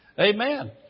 Amen